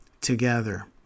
together